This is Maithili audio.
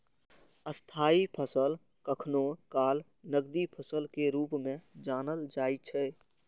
स्थायी फसल कखनो काल नकदी फसल के रूप मे जानल जाइ छै